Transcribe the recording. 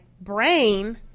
brain